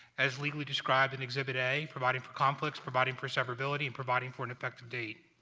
as legally described in exhibit a providing for conflicts providing for severability and providing for an effective date.